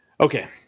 Okay